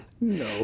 No